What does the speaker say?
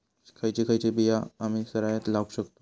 खयची खयची बिया आम्ही सरायत लावक शकतु?